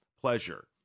pleasure